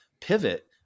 pivot